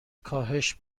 کاهش